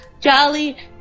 jolly